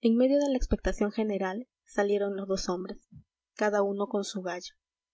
en medio de la expectación general salieron los dos hombres cada uno con su gallo